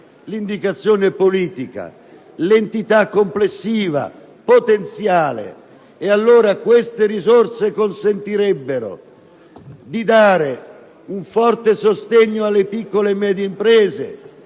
l'indicazione politica, l'entità complessiva potenziale, allora queste risorse consentirebbero di dare un forte sostegno alle piccole e medie imprese,